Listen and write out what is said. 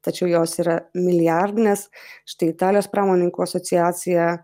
tačiau jos yra milijardinės štai italijos pramonininkų asociacija